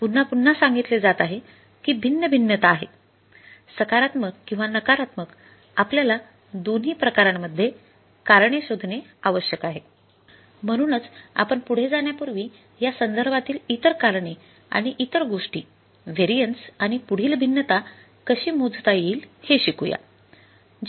पुनःपुन्हा सांगितले जात आहे कि भिन्न भिन्नता आहे सकारात्मक किंवा नकारात्मक आपल्याला दोन्ही प्रकरणांमध्ये कारणे शोधणे आवश्यक आहे म्हणूनच आपण पुढे जाण्यापूर्वी या संदर्भातील इतर कारणे आणि इतर गोष्टी व्हेरिएन्स आणि पुढील भिन्नता कशी मोजता येईल हे शिकू या